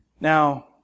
Now